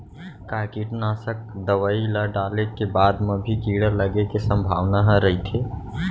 का कीटनाशक दवई ल डाले के बाद म भी कीड़ा लगे के संभावना ह रइथे?